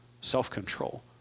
self-control